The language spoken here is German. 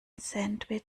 sandwich